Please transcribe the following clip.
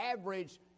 average